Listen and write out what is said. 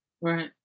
Right